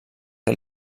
que